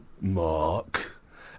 Mark